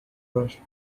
rushed